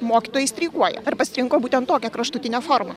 mokytojai streikuoja ar pasirinko būtent tokią kraštutinę formą